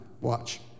watch